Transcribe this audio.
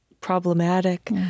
problematic